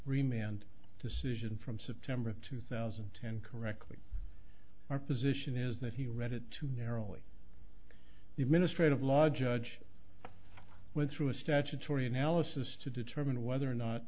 remained decision from september of two thousand and ten correctly our position is that he read it too narrowly even a straight of law judge went through a statutory analysis to determine whether or not